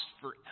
forever